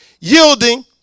yielding